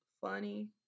funny